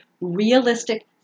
realistic